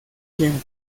quien